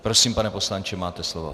Prosím, pane poslanče, máte slovo.